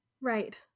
right